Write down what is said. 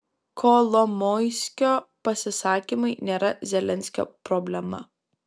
kolomoiskio pasisakymai nėra zelenskio problema